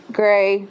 gray